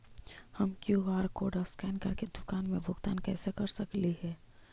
हम QR code scan करके दुकान में भुगतान कैसे कर सकली हे?